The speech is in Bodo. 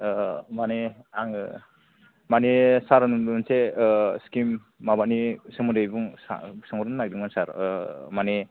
माने आङो माने सार नोंनो मोनसे स्किम माबानि सोमोन्दै सोंहरनो नागिरदोंमोन सार माने